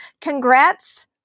Congrats